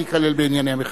זה ייכלל בענייני המכרז.